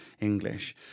English